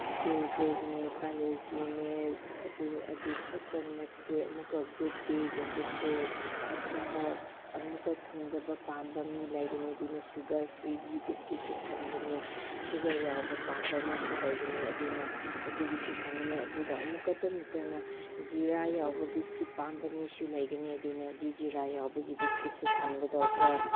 ꯀ꯭ꯔꯦꯖꯦꯛꯅꯦ ꯄꯥꯔꯂꯦꯖꯤꯅꯦ ꯑꯗꯨ ꯑꯗꯨꯈꯛꯇꯪ ꯅꯠꯇꯦ ꯑꯃꯨꯛꯀ ꯒꯨꯗꯗꯦꯒꯨꯝꯕꯁꯨ ꯑꯊꯨꯝꯕ ꯑꯃꯨꯛꯀ ꯊꯨꯝꯗꯕ ꯄꯥꯝꯕ ꯃꯤ ꯂꯩꯒꯅꯤ ꯑꯗꯨꯅ ꯁꯨꯒꯔ ꯐ꯭ꯔꯤꯒꯤ ꯕꯤꯁꯀꯤꯠꯁꯨ ꯊꯝꯒꯅꯤ ꯁꯨꯒꯔ ꯌꯥꯎꯕ ꯄꯥꯝꯕ ꯃꯤꯁꯨ ꯂꯩꯒꯅꯤ ꯑꯗꯨꯅ ꯑꯗꯨꯒꯤꯁꯨ ꯊꯝꯒꯅꯤ ꯑꯗꯨꯒ ꯑꯃꯨꯛꯈꯇꯪ ꯅꯠꯇꯅ ꯖꯤꯔꯥ ꯌꯥꯎꯕ ꯕꯤꯁꯀꯤꯠ ꯄꯥꯝꯕ ꯃꯤꯁꯨ ꯂꯩꯒꯅꯤ ꯑꯗꯨꯅ ꯑꯗꯨ ꯖꯤꯔꯥ ꯌꯥꯎꯕꯒꯤ ꯕꯤꯁꯀꯤꯠꯁꯨ ꯊꯝꯒꯗꯧꯕ